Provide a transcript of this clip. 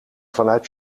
vanuit